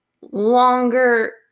longer